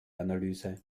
analyse